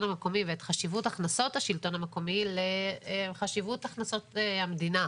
המקומי ואת חשיבות הכנסות השלטון המקומי לחשיבות הכנסות המדינה.